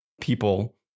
people